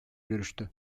görüştü